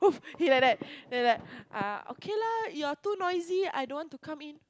he like that he like uh okay lah you're too noisy I don't want to come in